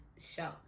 show